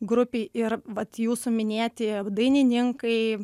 grupei ir vat jūsų minėti dainininkai